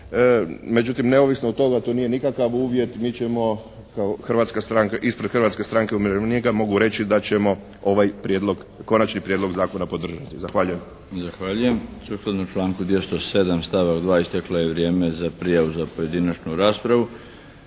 Međutim, neovisno od toga, to nije nikakav uvjet. Mi ćemo kao Hrvatska stranka, ispred Hrvatske stranke umirovljenika mogu reći da ćemo ovaj prijedlog, Konačno prijedlog Zakona podržati. Zahvaljujem. **Milinović, Darko (HDZ)** Zahvaljujem. Sukladno članku 207. stavak 2. isteklo je vrijeme za prijavu za pojedinačnu raspravu.